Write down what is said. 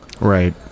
Right